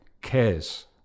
cares